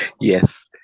Yes